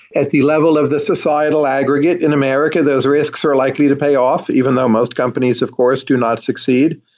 at the level of the societal aggregate in america, those risks are likely to pay off even though most companies of course do not succeed,